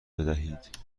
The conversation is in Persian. بدهید